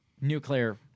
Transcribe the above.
nuclear